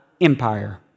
Empire